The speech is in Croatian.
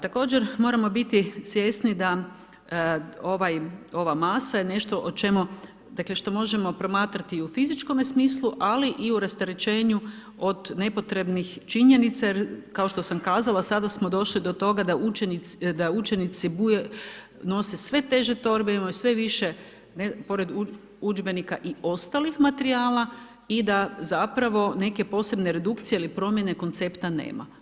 Također moramo biti svjesni da ova masa je nešto o čemu dakle, što možemo promatrati u fizičkom smislu i u rasterećenju od nepotrebnih činjenica, jer kao što sam kazala, sada smo došli do toga, da učenici nose sve teže torbe, imaju sve više, pored udžbenika i ostalih materijala i da zapravo, neke posebne redukcije ili promjene koncepta nema.